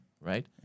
right